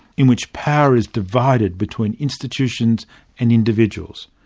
in which power is divided between institutions and individuals.